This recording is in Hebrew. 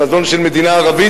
חזון של מדינה ערבית.